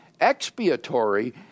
expiatory